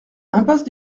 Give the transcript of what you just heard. impasse